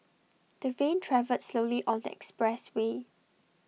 the van travelled slowly on the expressway